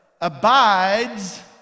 abides